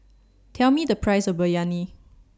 Tell Me The Price of Biryani